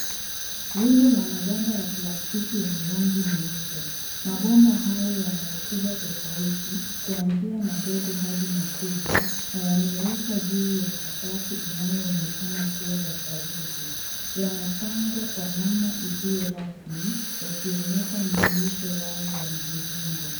Rundo la mabomba ya plastiki yenye rangi nyeupe. Mabomba hayo yana ukubwa tofauti, kuanzia madogo hadi makubwa, na yamewekwa juu ya sakafu inayoonekana kuwa ya saruji. Yanapangwa kwa namna isiyo rasmi, yakionyesha miisho yao ya mviringo.